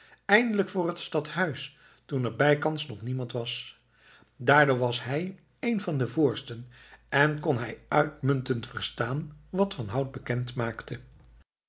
eindelijk voor het stadhuis toen er bijkans nog niemand was daardoor was hij een van de voorsten en kon hij uitmuntend verstaan wat van hout bekend maakte